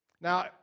Now